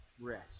rest